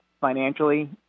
financially